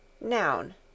Noun